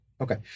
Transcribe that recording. Okay